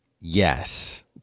Yes